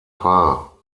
paar